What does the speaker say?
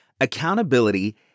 Accountability